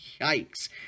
yikes